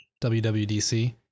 WWDC